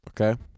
okay